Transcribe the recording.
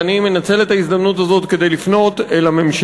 ואני מנצל את ההזדמנות הזאת כדי לפנות את הממשלה